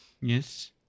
Yes